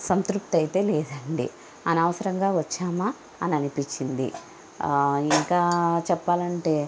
సంతృప్తయితే లేదండి అనవసరంగా వచ్చామా అని అనిపించింది ఇంకా చెప్పాలంటే